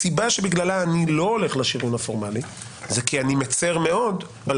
הסיבה שבגללה אני לא הולך לשריון הפורמלי היא כי אני מצר מאוד על